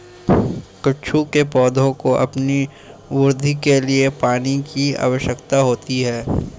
कद्दू के पौधों को अपनी वृद्धि के लिए पानी की आवश्यकता होती है